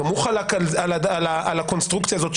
וגם הוא חלק על הקונסטרוקציה הזאת,